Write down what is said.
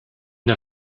der